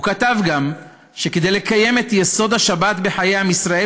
הוא כתב גם שכדי לקיים את יסוד השבת בחיי עם ישראל